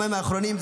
חברים, זה